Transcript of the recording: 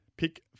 Pick